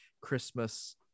Christmas